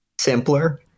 simpler